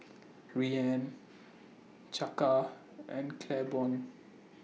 Rianna Chaka and Claiborne